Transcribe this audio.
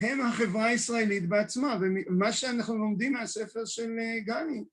הם החברה הישראלית בעצמה, ומה שאנחנו לומדים מהספר של גני.